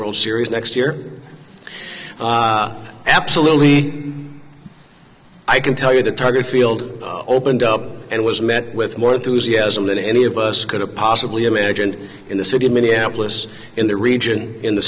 world series next year absolutely i can tell you the target field opened up and was met with more enthusiasm than any of us could have possibly imagined in the city of minneapolis in the region in the